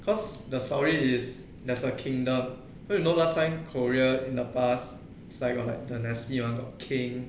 cause the story is there's a kingdom so you know last time korea in the past it's like got dynasty and got king